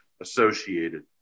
associated